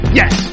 yes